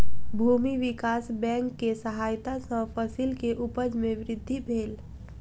भूमि विकास बैंक के सहायता सॅ फसिल के उपज में वृद्धि भेल